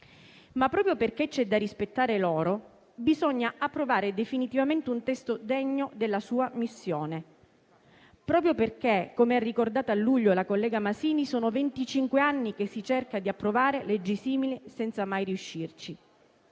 Ma, proprio perché c'è da rispettare loro, bisogna approvare definitivamente un testo degno della sua missione; proprio perché - come ha ricordato a luglio la collega Masini - sono venticinque anni che si cerca di approvare leggi simili senza mai riuscirci.